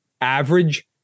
average